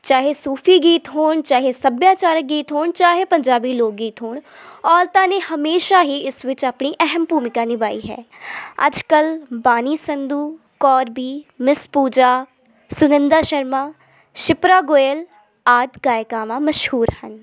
ਚਾਹੇ ਸੂਫੀ ਗੀਤ ਹੋਣ ਚਾਹੇ ਸਭਿਆਚਾਰਕ ਗੀਤ ਹੋਣ ਚਾਹੇ ਪੰਜਾਬੀ ਲੋਕ ਗੀਤ ਹੋਣ ਔਰਤਾਂ ਨੇ ਹਮੇਸ਼ਾ ਹੀ ਇਸ ਵਿੱਚ ਆਪਣੀ ਅਹਿਮ ਭੂਮਿਕਾ ਨਿਭਾਈ ਹੈ ਅੱਜ ਕੱਲ੍ਹ ਬਾਣੀ ਸੰਧੂ ਕੌਰ ਬੀ ਮਿਸ ਪੂਜਾ ਸੁਨੰਦਾ ਸ਼ਰਮਾ ਸ਼ਿਪਰਾ ਗੋਇਲ ਆਦਿ ਗਾਇਕਾਵਾਂ ਮਸ਼ਹੂਰ ਹਨ